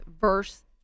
verse